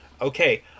Okay